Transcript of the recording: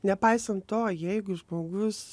nepaisant to jeigu žmogus